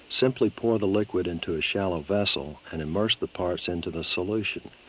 simply pour the liquid into a shallow vessel and immerse the parts into the solution.